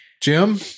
Jim